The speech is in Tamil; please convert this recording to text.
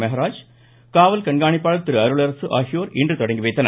மெஹராஜ் காவல் கண்காணிப்பாளர் திரு அருளரசு ஆகியோர் இன்று தொடங்கி வைத்தனர்